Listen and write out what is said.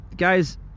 Guys